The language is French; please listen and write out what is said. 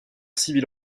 civile